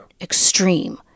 extreme